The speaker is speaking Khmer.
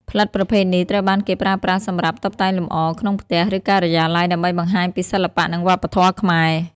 ផ្លិតប្រភេទនេះត្រូវបានគេប្រើប្រាស់សម្រាប់ តុបតែងលម្អ ក្នុងផ្ទះ ឬការិយាល័យ ដើម្បីបង្ហាញពីសិល្បៈនិងវប្បធម៌ខ្មែរ។